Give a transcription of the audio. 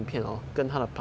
ah